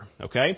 okay